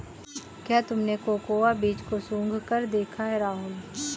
क्या तुमने कोकोआ बीज को सुंघकर देखा है राहुल?